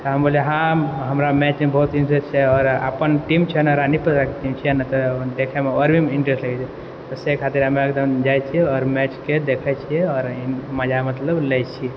हम बोले हाँ हमरा मैचमे बहुत इंट्रेस्ट छै आओर अपन टीम छै ने के टीम छियै ने देखैमे आओर भी इंट्रेस्ट लगे छै तऽ से खातिर हमे जाइ छियै हर मैचके देखै छियै आओर मजामे मतलब लै छियै